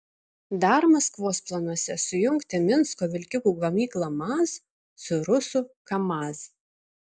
dar maskvos planuose sujungti minsko vilkikų gamyklą maz su rusų kamaz